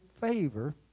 favor